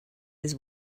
his